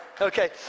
Okay